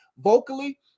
vocally